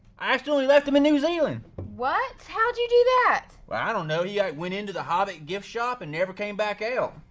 i accidentally left him in new zealand. what, how did you do that? i don't know, he went into the hobbit gift shop and never came back out.